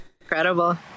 Incredible